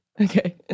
Okay